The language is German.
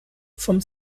vom